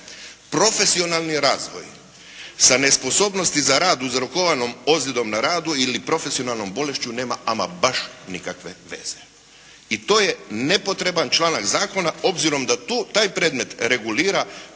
profesionalni razvoj sa nesposobnosti za rad uzrokovanom ozljedom na radu ili profesionalnom bolešću nema ama baš nikakve veze i to je nepotreban članak zakona obzirom da taj predmet regulira